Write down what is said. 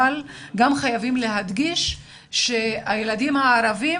אבל גם חייבים להדגיש שהילדים הערבים